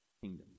kingdom